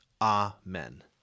Amen